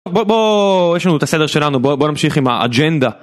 בוא בוא יש לנו את הסדר שלנו בוא נמשיך עם האג'נדה